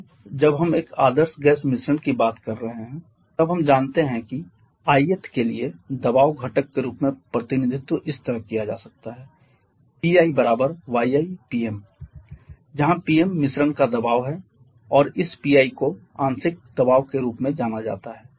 slide समय देखें 1259 अब जब हम एक आदर्श गैस मिश्रण की बात कर रहे हैं तब हम जानते हैं कि ith के लिए दबाव घटक के रूप में प्रतिनिधित्व इस तरह किया जा सकता है Piyi Pm जहां Pm मिश्रण का दबाव है और इस Pi को आंशिक दबाव के रूप में जाना जाता है